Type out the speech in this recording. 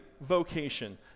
vocation